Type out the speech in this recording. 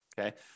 okay